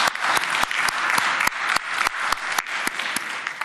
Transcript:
(מחיאות כפיים)